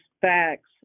facts